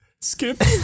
skip